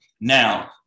Now